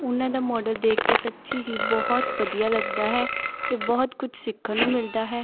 ਉਹਨਾਂ ਦਾ ਮੋਡਲ ਦੇਖ ਕੇ ਸੱਚੀ ਹੀ ਬਹੁਤ ਵਧੀਆ ਲੱਗਦਾ ਹੈ ਅਤੇ ਬਹੁਤ ਕੁਛ ਸਿੱਖਣ ਨੂੰ ਮਿਲਦਾ ਹੈ